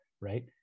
right